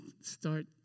start